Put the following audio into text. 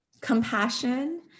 compassion